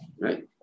Right